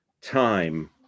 time